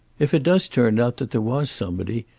if it does turn out that there was somebody,